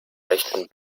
rechten